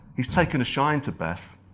he's taken a shine to beth.